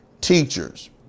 teachers